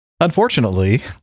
Unfortunately